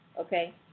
okay